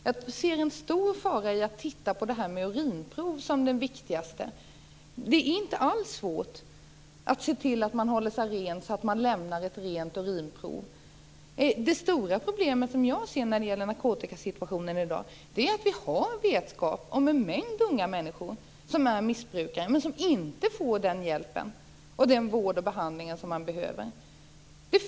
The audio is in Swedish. Jag ser en stor fara i att se urinprov som det viktigaste. Det är inte alls svårt att se till att hålla sig ren och lämna ett rent urinprov. Det stora problem som jag ser när det gäller narkotikasituationen i dag är att vi har vetskap om att en mängd unga människor som är missbrukare inte får den hjälp, vård och behandling som de behöver.